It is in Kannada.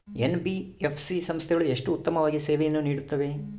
ಎನ್.ಬಿ.ಎಫ್.ಸಿ ಸಂಸ್ಥೆಗಳು ಎಷ್ಟು ಉತ್ತಮವಾಗಿ ಸೇವೆಯನ್ನು ನೇಡುತ್ತವೆ?